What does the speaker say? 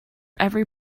every